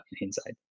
inside